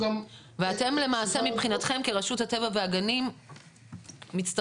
אתם למעשה מבחינתכם כרשות הטבע והגנים מצטרפים